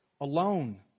alone